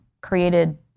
created